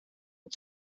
led